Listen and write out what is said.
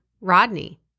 Rodney